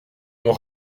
m’en